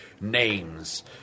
names